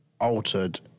altered